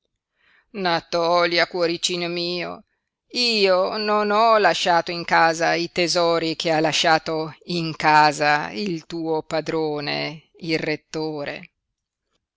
bisaccia natòlia cuoricino mio io non ho lasciato in casa i tesori che ha lasciato in casa il tuo padrone il rettore